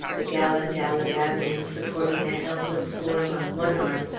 the gallant alabamian supporting a helpless form on one arm,